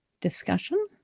Discussion